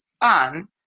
on